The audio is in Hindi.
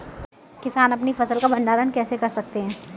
किसान अपनी फसल का भंडारण कैसे कर सकते हैं?